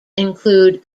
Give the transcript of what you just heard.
include